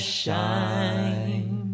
shine